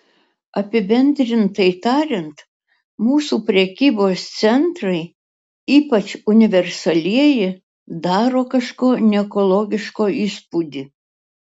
apibendrintai tariant mūsų prekybos centrai ypač universalieji daro kažko neekologiško įspūdį